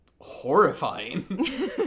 horrifying